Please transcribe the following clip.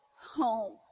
home